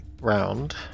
round